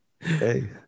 Hey